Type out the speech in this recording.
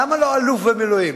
למה לא "אלוף במילואים"?